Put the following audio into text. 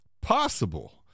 possible